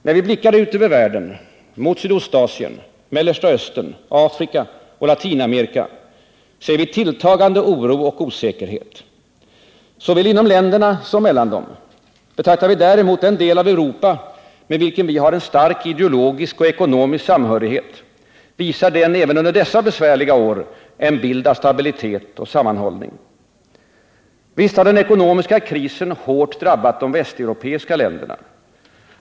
När vi blickar ut över världen — mot Sydostasien, Mellersta Östern, Afrika och Latinamerika — ser vi tilltagande oro och osäkerhet, såväl inom länderna som mellan dem. Betraktar vi däremot den del av Europa med vilken vi har en stark ideologisk och ekonomisk samhörighet, visar den även under dessa besvärliga år en bild av stabilitet och sammanhållning. Visst har den ekonomiska krisen hårt drabbat de västeuropeiska länderna.